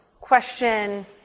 question